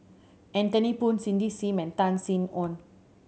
Anthony Poon Cindy Sim and Tan Sin Aun